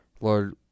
Lord